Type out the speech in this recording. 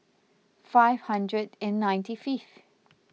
five hundred and ninety fifth